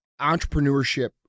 entrepreneurship